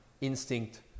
instinct